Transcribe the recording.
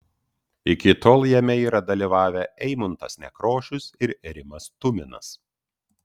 iki tol jame yra dalyvavę eimuntas nekrošius ir rimas tuminas